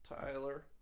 Tyler